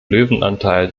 löwenanteil